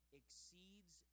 exceeds